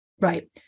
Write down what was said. Right